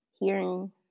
hearing